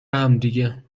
همدیگه